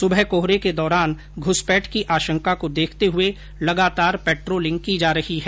सुबह कोहरे के दौरान घ्सपैठ की आशंका को देखते हुए लगातार पेट्रोलिंग की जा रही है